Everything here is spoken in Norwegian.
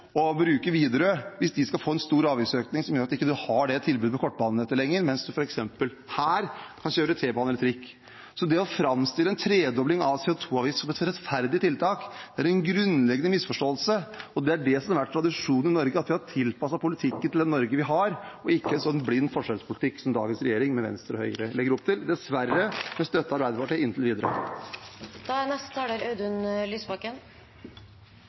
bruke Widerøe, hvis de skal få en stor avgiftsøkning som gjør at de ikke har et tilbud på kortbanenettet lenger, mens man f.eks. her kan kjøre T-bane eller trikk. Det å framstille en tredobling av CO 2 -avgiften som et rettferdig tiltak er en grunnleggende misforståelse. Det som har vært tradisjonen i Norge, er at vi har tilpasset politikken til det Norge vi har, og ikke en blind forskjellspolitikk som dagens regjering med Venstre og Høyre legger opp til, dessverre med støtte av Arbeiderpartiet inntil videre.